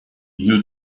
you